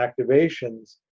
activations